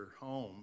home